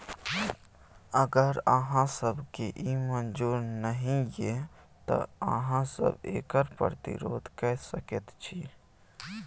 अगर अहाँ सभकेँ ई मजूर नहि यै तँ अहाँ सभ एकर प्रतिरोध कए सकैत छी